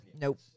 nope